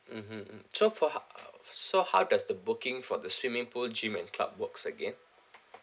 mmhmm mm so for how so how does the booking for the swimming pool gym and club works again